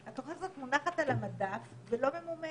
התוכנית הזאת מונחת על המדף ולא ממומשת,